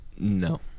No